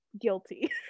guilty